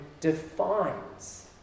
defines